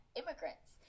immigrants